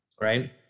Right